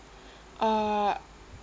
uh